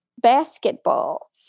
basketball